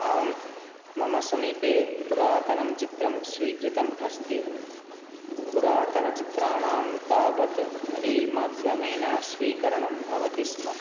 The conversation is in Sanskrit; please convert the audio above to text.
आं मम समीपे पुरातनं चित्रं स्वीकृतम् अस्ति पुरातनचित्राणां तावत् रील् माध्यमेन स्वीकरणं भवति स्म